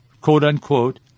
quote-unquote